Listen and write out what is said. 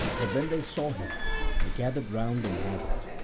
but when they saw him they gathered round and marvelled.